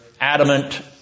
adamant